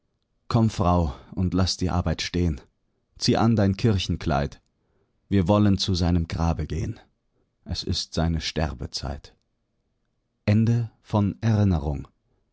komm frau und laß die arbeit stehn zieh an dein kirchenkleid wir wollen zu seinem grabe gehn es ist seine sterbezeit